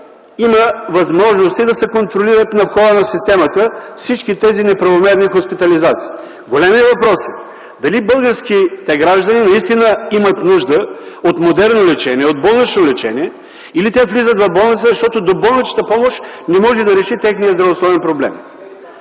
има възможности на входа на системата да се контролират всички тези неправомерни хоспитализации. Големият въпрос е: дали българските граждани наистина имат нужда от модерно лечение, от болнично лечение или те влизат в болница, защото доболничната помощ не може да реши техния здравословен проблем?